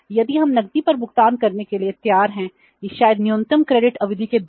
यदि हम नकदी पर भुगतान करने के लिए तैयार हैं या शायद न्यूनतम क्रेडिट अवधि के भीतर